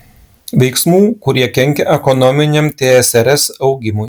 veiksmų kurie kenkia ekonominiam tsrs augimui